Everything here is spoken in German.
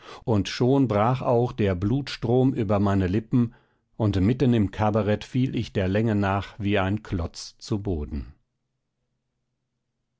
und schon brach auch der blutstrom über meine lippen und mitten im kabarett fiel ich der länge nach wie ein klotz zu boden